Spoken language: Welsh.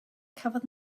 cafodd